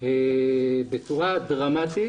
בצורה דרמטית